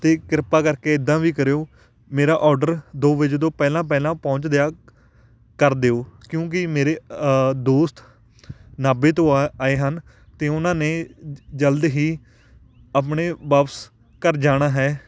ਅਤੇ ਕਿਰਪਾ ਕਰਕੇ ਐਦਾਂ ਵੀ ਕਰਿਓ ਮੇਰਾ ਔਡਰ ਦੋ ਵਜੇ ਤੋਂ ਪਹਿਲਾਂ ਪਹਿਲਾਂ ਪਹੁੰਚ ਦਾ ਕਰ ਦਿਓ ਕਿਉਂਕਿ ਮੇਰੇ ਦੋਸਤ ਨਾਭੇ ਤੋਂ ਆ ਆਏ ਹਨ ਅਤੇ ਉਹਨਾਂ ਨੇ ਜਲਦ ਹੀ ਆਪਣੇ ਵਾਪਸ ਘਰ ਜਾਣਾ ਹੈ